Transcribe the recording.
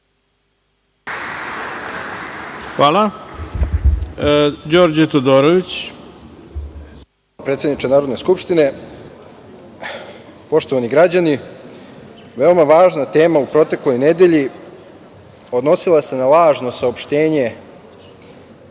**Đorđe Todorović** Hvala predsedniče Narodne skupštine. Poštovani građani, veoma važna tema u protekloj nedelji odnosila se na lažno saopštenje